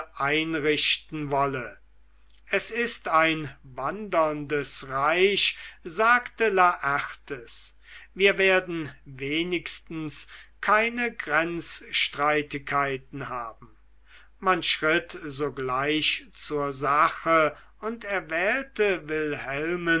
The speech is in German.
einrichten wolle es ist ein wanderndes reich sagte laertes wir werden wenigstens keine grenzstreitigkeiten haben man schritt sogleich zur sache und erwählte wilhelmen